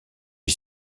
est